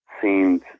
seemed